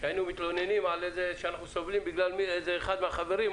כשהיינו מתלוננים שאנחנו סובלים בגלל אחד מהחברים,